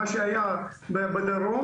מה שהיה בדרום,